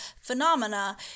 phenomena